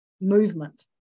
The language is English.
movement